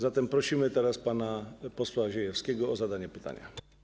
Zatem prosimy teraz pana posła Ziejewskiego o zadanie pytania.